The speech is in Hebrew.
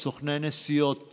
סוכני נסיעות,